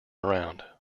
around